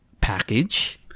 Package